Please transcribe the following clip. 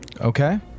Okay